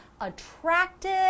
attractive